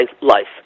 life